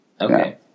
Okay